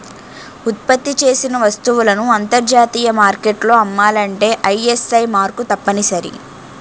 ఉత్పత్తి చేసిన వస్తువులను అంతర్జాతీయ మార్కెట్లో అమ్మాలంటే ఐఎస్ఐ మార్కు తప్పనిసరి